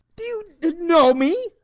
do you know me?